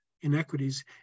inequities